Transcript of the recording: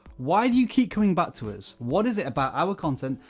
why do you keep coming back to us? what is it about our content,